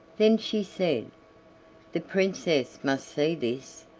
then she said the princess must see this,